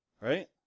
Right